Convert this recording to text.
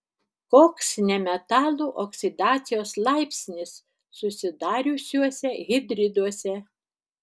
koks nemetalų oksidacijos laipsnis susidariusiuose hidriduose